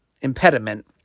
impediment